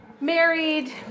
married